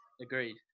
Agreed